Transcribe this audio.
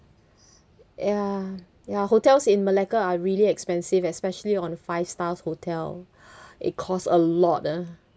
ya ya hotels in melaka are really expensive especially on five stars hotel it cost a lot ah